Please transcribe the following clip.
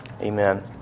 Amen